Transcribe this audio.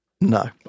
no